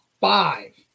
five